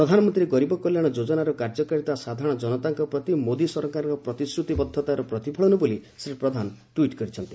ପ୍ରଧାନମନ୍ତ୍ରୀ ଗରିବ କଲ୍ୟାଣ ଯୋଜନାର କାର୍ଯ୍ୟକାରୀତା ସାଧାରଣ ଜନତାଙ୍କ ପ୍ରତି ମୋଦି ସରକାରଙ୍କ ପ୍ରତିଶ୍ରତିବଦ୍ଧତାର ପ୍ରତିଫଳନ ବୋଲି ଶ୍ରୀ ପ୍ରଧାନ ଟ୍ୱିଟ୍ କରିଛନ୍ତି